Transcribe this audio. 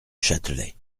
châtelet